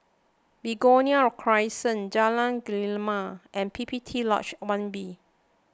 Begonia Crescent Jalan Gemala and P P T Lodge one B